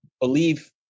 believe